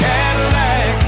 Cadillac